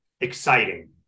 exciting